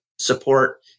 support